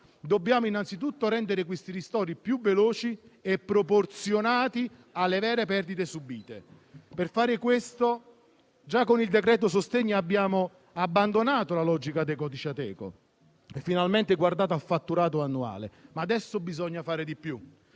Dobbiamo innanzitutto rendere i ristori più veloci e proporzionati alle vere perdite subite. Per fare questo, già con il decreto sostegni abbiamo abbandonato la logica dei codici Ateco e abbiamo finalmente guardato al fatturato annuale, ma adesso bisogna fare di più.